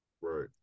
right